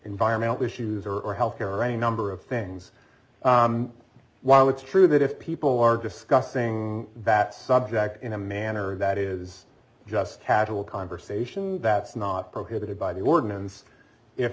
environmental issues or or health care or any number of things while it's true that if people are discussing that subject in a manner that is just casual conversation that's not prohibited by the ordinance if